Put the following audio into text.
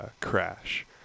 Crash